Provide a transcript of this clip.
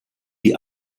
die